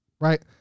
right